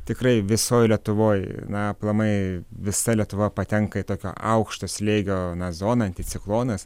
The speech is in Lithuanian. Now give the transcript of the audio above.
tikrai visoj lietuvoj na aplamai visa lietuva patenka į tokio aukšto slėgio na zoną anticiklonas